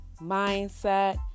mindset